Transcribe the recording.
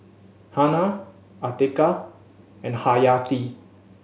Hana Atiqah and Haryati